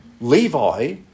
Levi